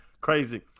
crazy